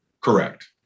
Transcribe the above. Correct